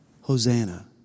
Hosanna